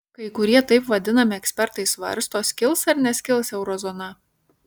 kai kurie taip vadinami ekspertai svarsto skils ar neskils eurozona